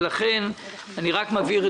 אני רק מבהיר,